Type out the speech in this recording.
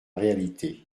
réalité